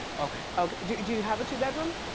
okay. okay, do do you have a two-bedroom?